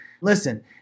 Listen